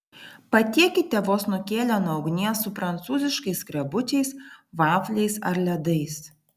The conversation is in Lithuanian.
patiekite vos nukėlę nuo ugnies su prancūziškais skrebučiais vafliais ar ledais